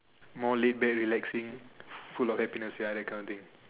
more late there relaxing full of happiness ya that kind of thing